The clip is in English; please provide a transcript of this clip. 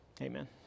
Amen